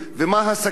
ומה הסכנה?